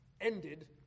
ended